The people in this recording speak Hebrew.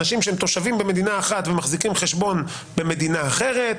אנשים שהם תושבים במדינה אחת ומחזיקים חשבון במדינה אחרת.